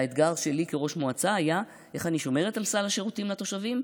האתגר שלי כראש מועצה היה איך אני שומרת על סל השירותים לתושבים,